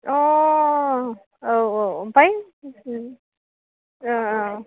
अ औ औ ओमफ्राय औ औ